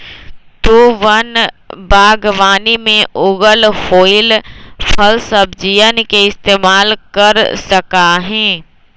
तु वन बागवानी में उगल होईल फलसब्जियन के इस्तेमाल कर सका हीं